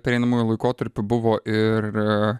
pereinamuoju laikotarpiu buvo ir a